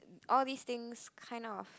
all these things kind of